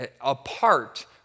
apart